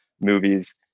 movies